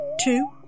two